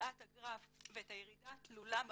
הראה קודם את הגרף ואת הירידה התלולה בגרף,